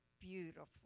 beautiful